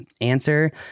answer